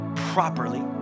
Properly